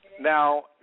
Now